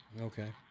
Okay